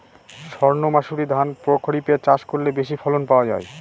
সর্ণমাসুরি ধান প্রক্ষরিপে চাষ করলে বেশি ফলন পাওয়া যায়?